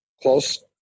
Close